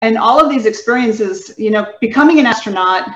וכל הניסיונות האלה, אתם יודעים, להיות אסטרונאים...